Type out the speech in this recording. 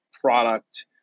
product